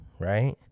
right